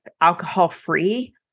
alcohol-free